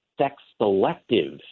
sex-selective